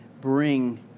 bring